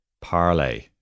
parlay